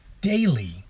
daily